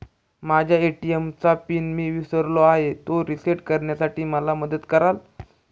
माझ्या ए.टी.एम चा पिन मी विसरलो आहे, तो रिसेट करण्यासाठी मला मदत कराल?